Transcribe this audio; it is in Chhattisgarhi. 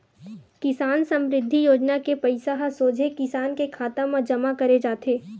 किसान समरिद्धि योजना के पइसा ह सोझे किसान के खाता म जमा करे जाथे